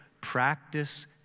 practice